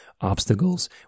obstacles